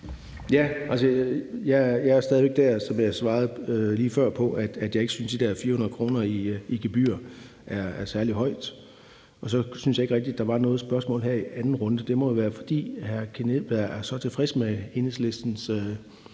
Altså, jeg er stadig væk der, som jeg svarede lige før, at jeg ikke synes, at 400 kr. i gebyrer er særlig højt. Så synes jeg ikke rigtig, der var noget spørgsmål her i anden runde. Det må jo være, fordi hr. Kim Edberg Andersen er så tilfreds med Enhedslistens